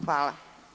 Hvala.